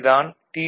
இது தான் டி